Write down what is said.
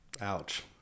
Ouch